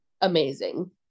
amazing